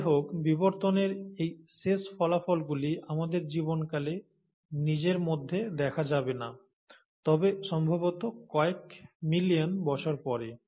যাইহোক বিবর্তনের এই শেষ ফলাফলগুলি আমাদের জীবনকালে নিজের মধ্যে দেখা যাবে না তবে সম্ভবত কয়েক মিলিয়ন বছর পরে